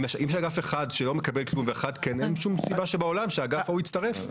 אם יש אגף אחד שלא מקבל כלום אין שום סיבה שהאגף יצטרף.